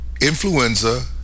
influenza